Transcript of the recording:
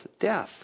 death